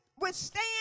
withstand